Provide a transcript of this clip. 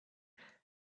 and